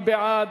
מי בעד?